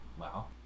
Wow